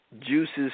juices